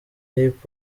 hip